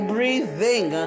Breathing